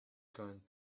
going